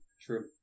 True